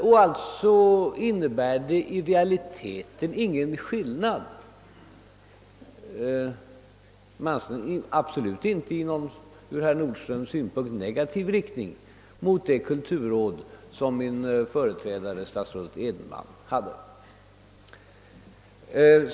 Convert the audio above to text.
I realiteten innebär detta ingen skillnad — ock absolut inte i enligt herr Nordstrandhs synsätt negativ riktning — i jämförelse med det kulturråd som min företrädare statsrådet Edenman hade.